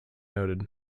noted